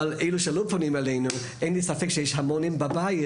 אבל אלה שלא פונים אלינו אין לי ספק שיש המונים בבית